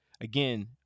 again